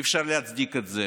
אי-אפשר להצדיק את זה